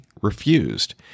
refused